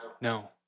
No